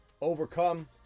Overcome